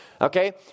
Okay